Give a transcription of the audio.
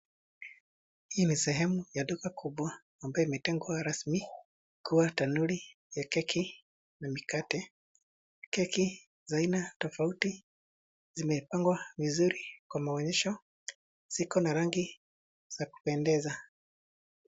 Hii ni sehemu ya duka kubwa, ambayo imetengwa rasmi kuwa tanuri ya keki na mikate. Keki za aina tofauti zimepangwa vizuri kwa maonyesho. Ziko na rangi za kupendeza.